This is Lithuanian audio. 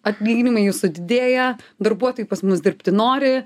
atlyginimai jūsų didėja darbuotojai pas mus dirbti nori